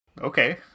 okay